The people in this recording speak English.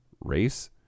race